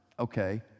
Okay